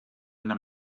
una